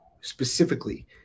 specifically